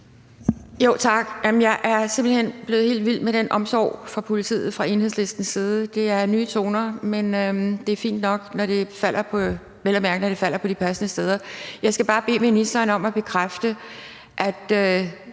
blevet helt vild med den omsorg for politiet fra Enhedslistens side – det er nye toner, men det er fint nok, når det vel at mærke falder på de passende steder. Jeg skal bare bede ministeren bekræfte, at